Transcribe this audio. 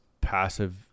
passive